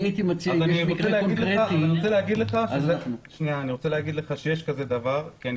אני רוצה להגיד לך שיש דבר כזה כי אני